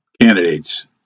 candidates